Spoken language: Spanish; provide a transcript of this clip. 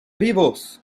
vivos